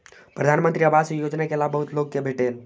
प्रधानमंत्री आवास योजना के लाभ बहुत लोक के भेटल